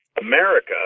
America